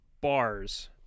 bars